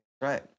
Right